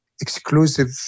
Exclusive